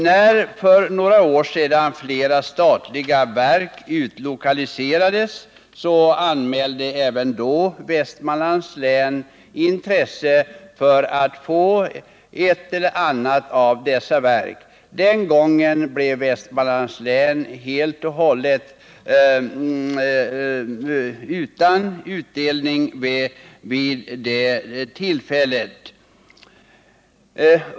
När för några år sedan flera statliga verk skulle utlokaliseras anmälde Västmanlands län intresse för att få ett eller annat av dessa verk. Den gången blev Västmanlands län helt och hållet utan utdelning.